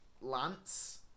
Lance